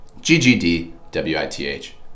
G-G-D-W-I-T-H